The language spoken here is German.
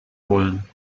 wollen